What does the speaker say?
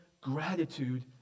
gratitude